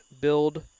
build